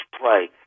play